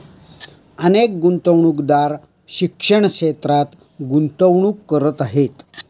अनेक गुंतवणूकदार शिक्षण क्षेत्रात गुंतवणूक करत आहेत